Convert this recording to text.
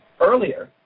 earlier